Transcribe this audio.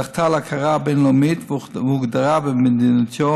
זכתה להכרה בין-לאומית והוגדרה במדיניותו